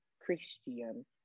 Christian